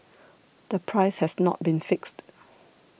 the price has not been fixed